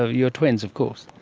ah you're twins of course.